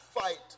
fight